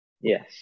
Yes